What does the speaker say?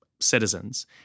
citizens